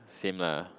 same lah